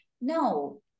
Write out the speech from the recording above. no